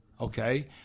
okay